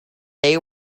they